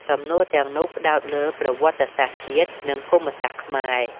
សំណួរទាំងនោះផ្តោតលើ ប្រវត្តិសាស្ត្រជាតិ និង ភូមិសាស្ត្រខ្មែរ។